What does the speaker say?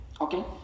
Okay